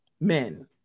men